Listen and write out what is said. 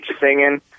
singing